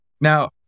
Now